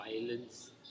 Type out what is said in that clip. violence